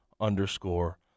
underscore